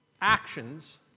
Actions